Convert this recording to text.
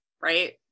right